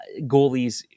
goalies